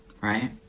right